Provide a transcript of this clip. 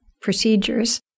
procedures